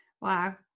Wow